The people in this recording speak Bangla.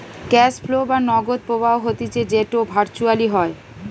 ক্যাশ ফ্লো বা নগদ প্রবাহ হতিছে যেটো ভার্চুয়ালি হয়